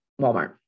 Walmart